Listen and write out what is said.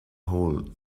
hole